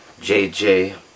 JJ